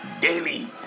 daily